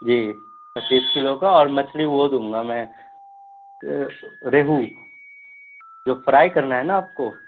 جی پچیس کیلو کا اور مچھلی وہ دوں گا میں ریہو جو فرائی کرنا ہے نا آپ کو